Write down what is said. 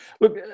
Look